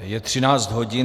Je 13 hodin.